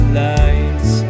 lights